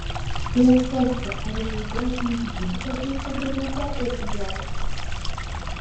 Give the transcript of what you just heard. džėja svarstė ar jai reikės nužudyti tą džiūsną brunetę ir idioto brolį